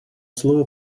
слово